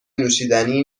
نوشیدنی